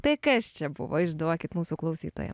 tai kas čia buvo išduokit mūsų klausytojam